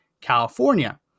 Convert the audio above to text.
California